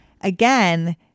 again